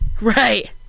right